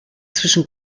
zwischen